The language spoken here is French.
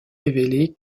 révélé